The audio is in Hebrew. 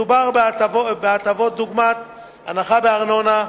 מדובר בהטבות דוגמת הנחה בארנונה,